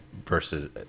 versus